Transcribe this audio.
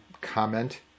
comment